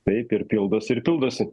taip ir pildosi ir pildosi